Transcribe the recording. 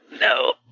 No